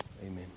Amen